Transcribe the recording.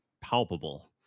palpable